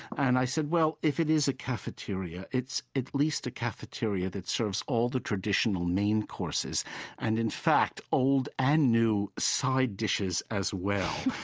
and i said, well, if it is a cafeteria, it's at least a cafeteria that serves all the traditional main courses and, in fact, old and new side dishes as well.